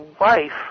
wife